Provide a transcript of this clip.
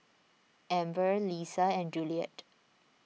Amber Leesa and Juliet